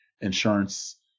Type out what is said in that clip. insurance